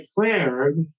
declared